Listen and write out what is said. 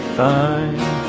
fine